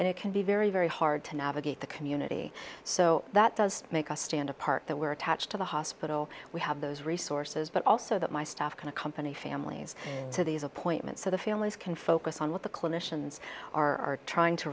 and it can be very very hard to navigate the community so that does make us stand apart that we're attached to the hospital we have those resources but also that my staff kind of company families to these appointments so the families can focus on what the clinicians are trying to